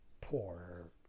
poor